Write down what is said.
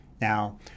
Now